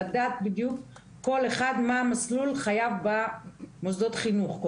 קודם כול לדעת ברשות בדיוק כל אחד מה מסלול חייו במוסדות החינוך.